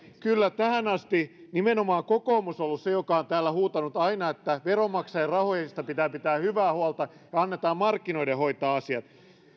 kyllä tähän asti nimenomaan kokoomus on ollut se joka on täällä huutanut aina että veronmaksajien rahoista pitää pitää hyvää huolta ja annetaan markkinoiden hoitaa asiat